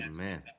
Amen